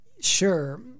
Sure